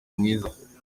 mwiza